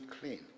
clean